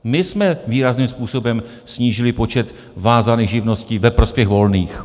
My jsme výrazným způsobem snížili počet vázaných živností ve prospěch volných.